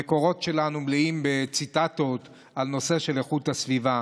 המקורות שלנו מלאים בציטטות על נושא איכות הסביבה,